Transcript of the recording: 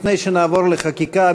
לפני שנעבור לחקיקה,